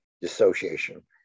dissociation